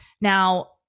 now